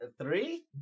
Three